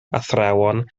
athrawon